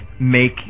make